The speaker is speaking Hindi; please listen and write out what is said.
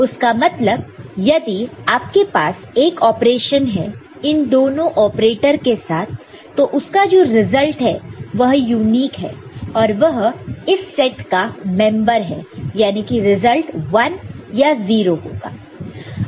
इसका मतलब यदि आपके पास एक ऑपरेशन है इन दो ऑपरेटर के साथ तो उसका जो रिजल्ट है वह यूनिक है और वह इस सेट का मेंबर है याने की रिजल्ट 1 या 0 होगा